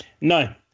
No